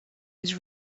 was